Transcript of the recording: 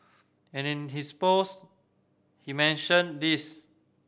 and in his post he mentioned this